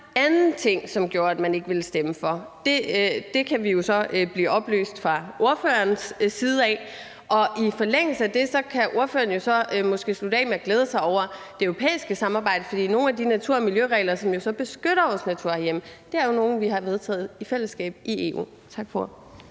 anden ting, som gjorde, at man ikke ville stemme for, og det kan vi jo så blive oplyst om fra ordførerens side. Og i forlængelse af det kan ordføreren så måske slutte af med at glæde sig over det europæiske samarbejde. For nogle af de natur- og miljøregler, som jo så beskytter vores natur herhjemme, er nogle, vi har vedtaget i fællesskab i EU. Tak for